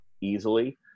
easily